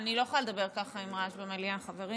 אני לא יכולה לדבר ככה עם רעש במליאה, חברים.